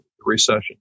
recession